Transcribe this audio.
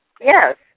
Yes